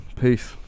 peace